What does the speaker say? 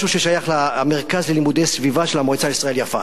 משהו ששייך למרכז ללימודי סביבה של המועצה לישראל יפה.